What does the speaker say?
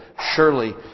surely